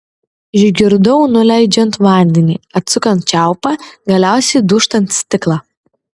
išgirdau nuleidžiant vandenį atsukant čiaupą galiausiai dūžtant stiklą